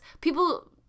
people